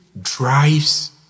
drives